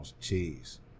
cheese